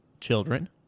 children